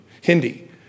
Hindi